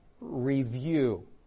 review